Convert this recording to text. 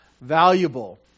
valuable